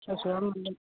ससेयाव मोनगोन